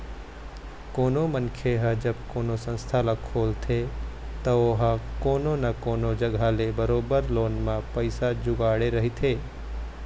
कोनो मनखे ह जब कोनो संस्था ल खोलथे त ओहा कोनो न कोनो जघा ले बरोबर लोन म पइसा जुगाड़े रहिथे